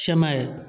समय